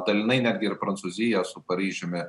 dalinai netgi ir prancūzija su paryžiumi